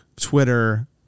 Twitter